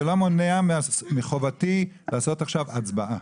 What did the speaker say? זה לא מונע מחובתי לעשות עכשיו הצבעה.